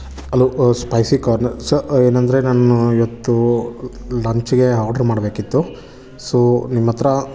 hello spicy corner sir ಅಂದರೆ ನಾನು ಇವತ್ತು ಲಂಚಿಗೆ ಆಡ್ರು ಮಾಡಬೇಕಿತ್ತು ಸೊ ನಿಮ್ಮ ಹತ್ರ